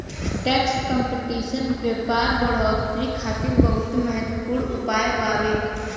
tax competition व्यापार बढ़ोतरी खातिर बहुत महत्वपूर्ण उपाय बावे